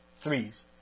threes